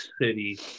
city